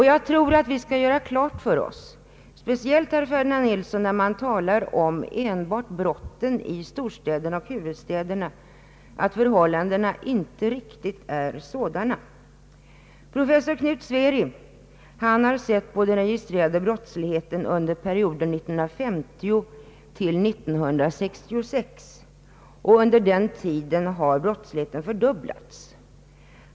Jag tror att vi skall göra klart för oss, herr Ferdinand Nilsson, speciellt när man talar om enbart brotten i storstäderna och huvudstäderna, att förhållandena inte riktigt är sådana överallt. Professor Knut Sveri har studerat den registrerade brottsligheten under perioden 1950 till 1966. Under den tiden har brottsligheten fördubblats.